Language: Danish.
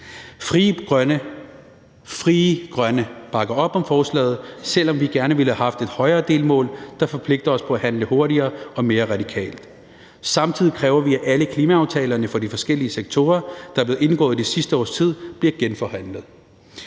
Frie Grønne bakker op om forslaget, selv om vi gerne ville have haft et højere delmål, der forpligter os på at handle hurtigere og mere radikalt. Samtidig kræver vi, at alle klimaaftalerne for de forskellige sektorer, der er blevet indgået i de sidste års tid, bliver genforhandlet.